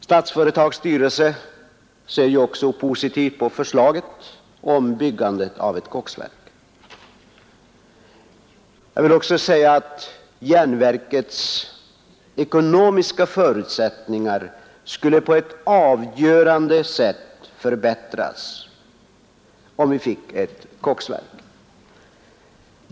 Statsföretags styrelse ser också positivt Nr 66 på förslaget om byggande av ett koksverk. Onsdagen den Järnverkets ekonomiska förutsättningar skulle på ett avgörande sätt 26 april 1972 förbättras om vi fick ett koksverk.